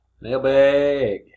Mailbag